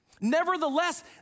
Nevertheless